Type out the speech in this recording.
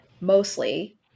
mostly